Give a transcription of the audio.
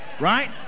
Right